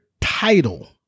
title